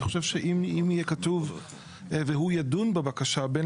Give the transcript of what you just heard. אני חושב שאם יהיה כתוב והוא ידון בבקשה בין